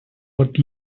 but